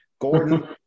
Gordon